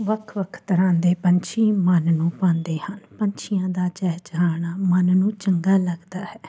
ਵੱਖ ਵੱਖ ਤਰ੍ਹਾਂ ਦੇ ਪੰਛੀ ਮਨ ਨੂੰ ਭਾਉਂਦੇ ਹਨ ਪੰਛੀਆਂ ਦਾ ਚਹਿਚਹਾਉਣਾ ਮਨ ਨੂੰ ਚੰਗਾ ਲੱਗਦਾ ਹੈ